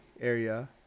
area